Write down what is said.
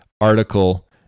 article